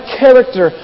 character